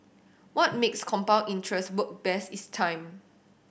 what makes compound interest work best is time